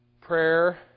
Prayer